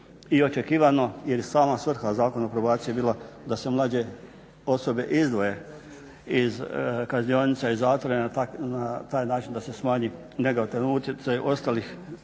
i očekivano jer sama svrha Zakona o probaciji je bila da se mlađe osobe izdvoje iz kaznionica i zatvora i na taj način da se smanji negativan utjecaj ostalih